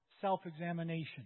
self-examination